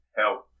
help